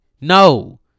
No